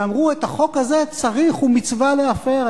ואמרו: את החוק הזה צריך ומצווה להפר.